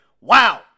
wow